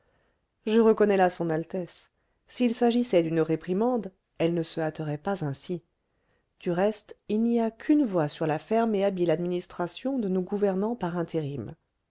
je reconnais là son altesse s'il s'agissait d'une réprimande elle ne se hâterait pas ainsi du reste il n'y a qu'une voix sur la ferme et habile administration de nos gouvernants par intérim